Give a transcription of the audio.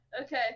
Okay